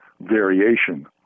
variation